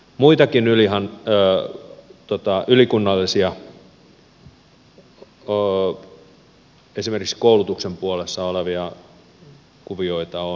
muitakin ylikunnallisia esimerkiksi koulutuksen puolessa olevia kuvioita on